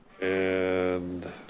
and,